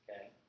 Okay